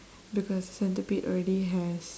because centipede already has